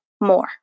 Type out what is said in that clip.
more